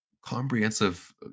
comprehensive